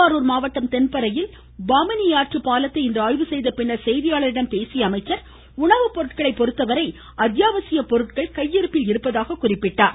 திருவாரூர் மாவட்டம் தென்பரையில் பாமணியாற்று பாலத்தை இன்று ஆய்வு செய்த பின் செய்தியாளரிடம் பேசிய அவர் உணவு பொருட்களை பொறுத்தவரை அத்தியாவசிய பொருட்கள் கையிருப்பில் இருப்பதாக குறிப்பிட்டார்